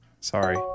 Sorry